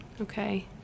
Okay